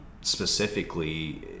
specifically